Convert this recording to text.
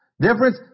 Difference